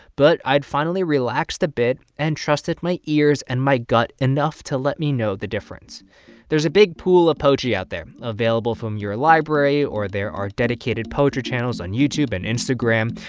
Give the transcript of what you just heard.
but i'd finally relaxed a bit and trusted my ears and my gut enough to let me know the difference there's a big pool of poetry out there available from your library. or there are dedicated poetry channels on youtube and instagram.